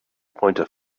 pointer